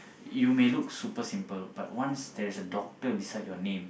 you may look super simple but once there is a doctor beside your name